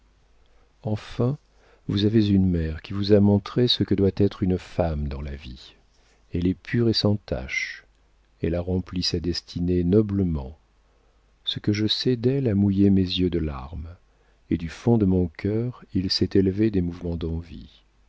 enfin vous avez une mère qui vous a montré ce que doit être une femme dans la vie elle est pure et sans tache elle a rempli sa destinée noblement ce que je sais d'elle a mouillé mes yeux de larmes et du fond de mon cœur il s'est élevé des mouvements d'envie